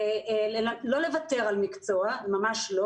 לא לוותר על מקצוע, ממש לא